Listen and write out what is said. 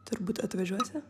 turbūt atvažiuosi